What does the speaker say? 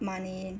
money